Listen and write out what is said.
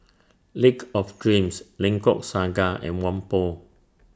Lake of Dreams Lengkok Saga and Whampoa